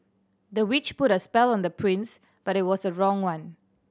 the witch put a spell on the prince but it was the wrong one